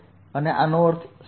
આનો અર્થ શું થશે